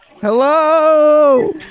Hello